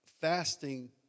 fasting